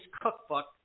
cookbook